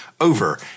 over